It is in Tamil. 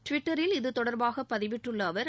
டுவிட்டரில் இது தொடர்பாக பதிவிட்டுள்ள அவர்